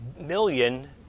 million